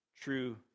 True